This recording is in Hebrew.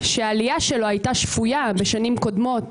כשהעלייה שלו הייתה שפויה בשנים קודמות,